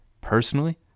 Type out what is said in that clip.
Personally